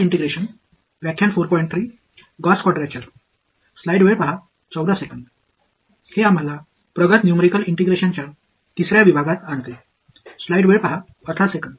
இந்தப் பாடம் மேம்பட்ட நியூமறிகள் இன்டெகிரஷனின் மூன்றாவது பகுதிக்கு நம்மை அழைத்துச் செல்கிறது